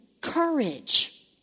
courage